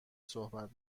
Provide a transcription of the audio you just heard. صحبت